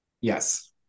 Yes